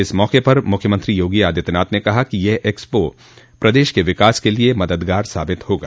इस मौके पर मुख्यमंत्री योगी आदित्यनाथ ने कहा कि यह एक्सपो प्रदेश के विकास के लिए मददगार साबित होगा